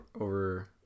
over